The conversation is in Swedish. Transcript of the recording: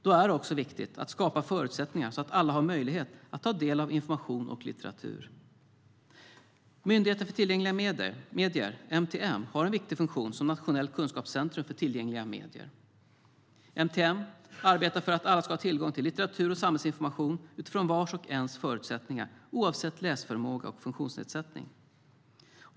Då är det viktigt att skapa förutsättningar för alla att ta del av information och litteratur. Myndigheten för tillgängliga medier, MTM, har en viktig funktion som nationellt kunskapscentrum för tillgängliga medier. MTM arbetar för att alla ska ha tillgång till litteratur och samhällsinformation utifrån vars och ens förutsättningar, oavsett läsförmåga eller funktionsnedsättning.